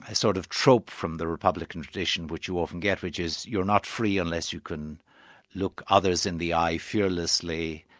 sort of trope from the republican tradition which you often get, which is, you're not free unless you can look others in the eye fearlessly,